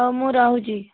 ହଉ ମୁଁ ରହୁଛି